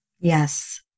Yes